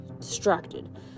distracted